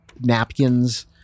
napkins